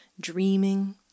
Dreaming